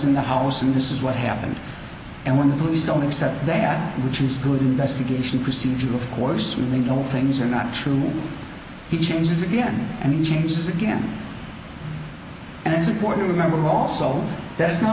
in the house and this is what happened and when the police don't accept that which is good investigation procedure of course we know things are not true he changes again and he changes again and it's important to remember also that is not